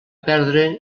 perdre